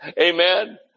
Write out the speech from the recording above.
Amen